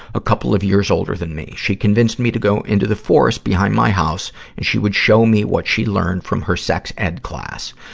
a couple of years older than me. she convinced me to go into the forest behind my house, and she would show me what she learned from her sex ed class.